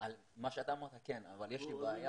מה שאתה אמרת כן, אבל יש לי בעיה.